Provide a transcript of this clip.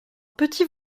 petit